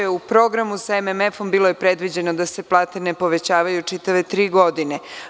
U programu sa MMF-om bilo je predviđeno da se plate ne povećavaju čitave tri godine.